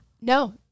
No